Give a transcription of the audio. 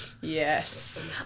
yes